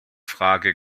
frage